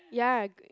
ya I agree